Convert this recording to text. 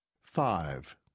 Five